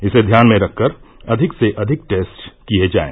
इसे ध्यान में रखकर अधिक से अधिक टेस्ट किये जाएं